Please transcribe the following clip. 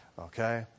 Okay